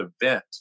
event